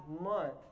month